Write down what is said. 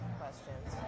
questions